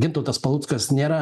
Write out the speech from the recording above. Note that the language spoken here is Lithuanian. gintautas paluckas nėra